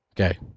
Okay